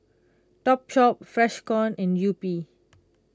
Topshop Freshkon and Yupi